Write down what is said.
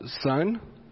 son